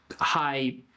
high